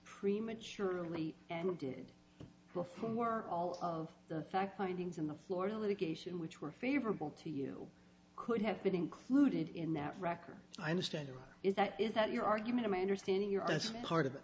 prematurely and did go from were all of the fact findings in the florida litigation which were favorable to you could have been included in that record i understand it is that is that your argument my understanding your as part of